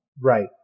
right